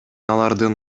алардын